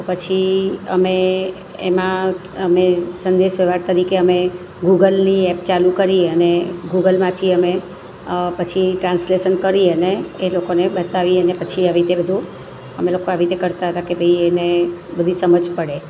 તો પછી અમે એમાં અમે સંઘે શેવાળ તરીકે અમે ગુગલની એપ ચાલું કરી અને ગુગલમાંથી અમે પછી ટ્રાન્સલેશન કરી અને એ લોકોએ બતાવીને પછી આવી રીતે બધું અમે લોકો આવી રીતે કરતાં હતાં કે ભાઈ એને બધી સમજ પડે